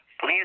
Please